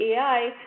AI